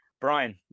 Brian